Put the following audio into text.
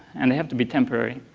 and they have to be temporary.